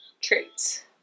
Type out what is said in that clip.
traits